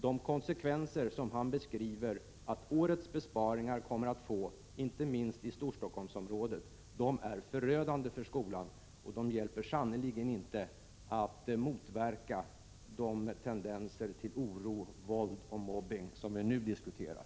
De konsekvenser som han säger att årets besparingar kommer att få, inte minst i Storstockholmsområdet, är förödande för skolan, och de motverkar sannerligen inte de tendenser till oro, våld och mobbning som vi nu diskuterar.